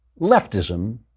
leftism